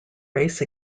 race